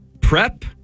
prep